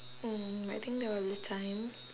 mm I think there was a time